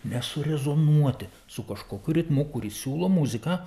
nesurezonuoti su kažkokiu ritmu kurį siūlo muzika